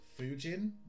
Fujin